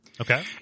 Okay